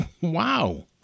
Wow